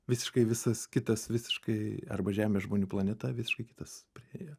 visiškai visas kitas visiškai arba žemės žmonių planeta visiškai kitas priėjo